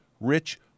rich